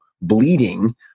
bleeding